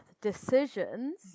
decisions